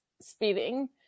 speeding